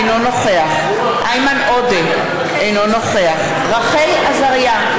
אינו נוכח איימן עודה, אינו נוכח רחל עזריה,